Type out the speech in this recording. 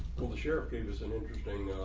called the sheriff cave is an interesting